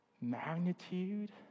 magnitude